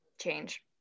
change